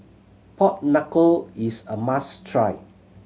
pork knuckle is a must try